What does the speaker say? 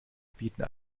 bieten